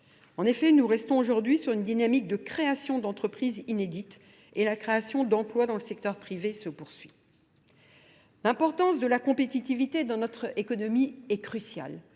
En effet, nous restons aujourd'hui sur une dynamique de création d'entreprises inédites et la création d'emplois dans le secteur privé se poursuit. L'importance de la compétitivité dans notre économie est cruciale